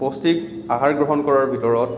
পৌষ্টিক আহাৰ গ্ৰহণ কৰাৰ ভিতৰত